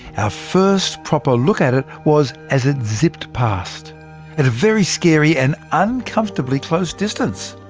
our first proper look at it, was as it zipped past at a very scary and uncomfortably close distance.